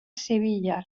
sevilla